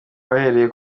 bahereye